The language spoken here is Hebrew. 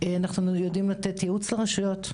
יודעים לתת ייעוץ לרשויות: